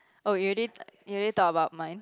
oh you already you already talk about mine